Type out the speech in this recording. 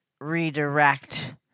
redirect